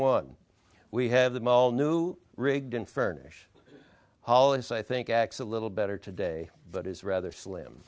one we have them all new rigged and furnish hollis i think acts a little better today but is rather slim